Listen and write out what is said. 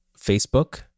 Facebook